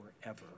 forever